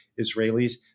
Israelis